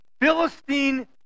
Philistine